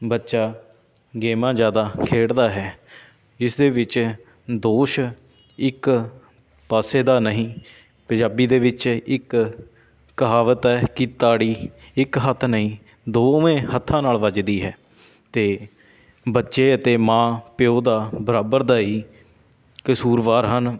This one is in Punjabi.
ਬੱਚਾ ਗੇਮਾਂ ਜ਼ਿਆਦਾ ਖੇਡਦਾ ਹੈ ਇਸ ਦੇ ਵਿੱਚ ਦੋਸ਼ ਇੱਕ ਪਾਸੇ ਦਾ ਨਹੀਂ ਪੰਜਾਬੀ ਦੇ ਵਿੱਚ ਇੱਕ ਕਹਾਵਤ ਹੈ ਕਿ ਤਾੜੀ ਇੱਕ ਹੱਥ ਨਹੀਂ ਦੋਵੇਂ ਹੱਥਾਂ ਨਾਲ ਵੱਜਦੀ ਹੈ ਅਤੇ ਬੱਚੇ ਅਤੇ ਮਾਂ ਪਿਓ ਦਾ ਬਰਾਬਰ ਦਾ ਹੀ ਕਸੂਰਵਾਰ ਹਨ